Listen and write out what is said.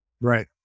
Right